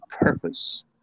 purpose